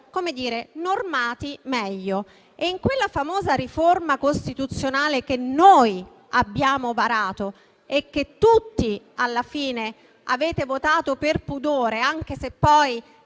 meglio normati. Quella famosa riforma costituzionale che noi abbiamo varato e che tutti, alla fine, avete votato, per pudore - anche se poi,